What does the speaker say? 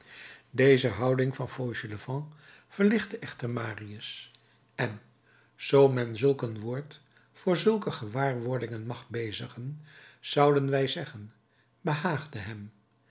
deze houding van fauchelevent verlichtte echter marius en zoo men zulk een woord voor zulke gewaarwordingen mag bezigen zouden wij zeggen behaagde hem